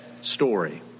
story